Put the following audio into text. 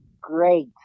great